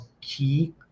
key